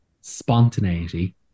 spontaneity